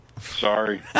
Sorry